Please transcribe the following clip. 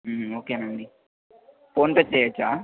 ఓకేనండి ఫోన్పే చేయొచ్చా